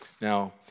Now